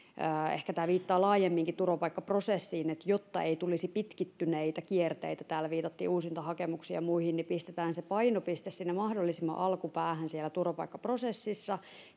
ehkä viittaa laajemminkin turvapaikkaprosessiin on se että jotta ei tulisi pitkittyneitä kierteitä täällä viitattiin uusintahakemuksiin ja muihin niin pistetään se painopiste mahdollisimman alkupäähän siellä turvapaikkaprosessissa